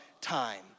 time